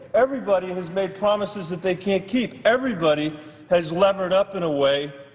everybody has made promises that they can't keep, everybody has levered up in a way